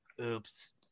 oops